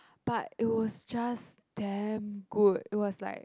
but it was just damn good it was like